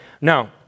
Now